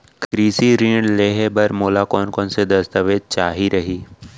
कृषि ऋण लेहे बर मोला कोन कोन स दस्तावेज चाही रही?